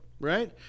right